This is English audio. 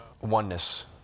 oneness